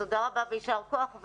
תודה רבה ויישר כוח.